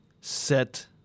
set